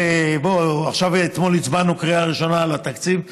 אתמול הצבענו בקריאה ראשונה על התקציב,